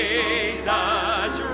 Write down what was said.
Jesus